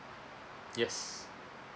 yes